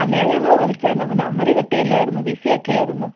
അന്നേരം ഞങ്ങൾ വിളിച്ചായിരുന്നു അപ്പം നമ്പര് കിട്ടിയില്ലായിരുന്നു ബിസിയൊക്കെ ആയിരുന്നു